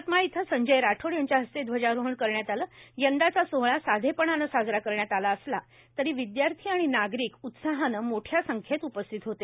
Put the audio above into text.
यवतमाळ इथं संजय राठोड यांच्या हस्ते ध्वजारोहण करण्यात आले यंदाचा सोहळा साधेपणाने साजरा करण्यात आला असला तरी विदयार्थी व नागरिक उत्साहाने मोठ्या संख्येत उपस्थित होते